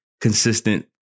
consistent